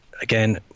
again